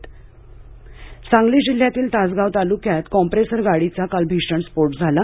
रुफोट सांगली सांगली जिल्ह्यातील तासगाव तालुक्यात कॉप्रेसर गाडीचा काल भीषण स्फोट झाला